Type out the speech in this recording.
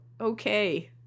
Okay